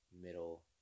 middle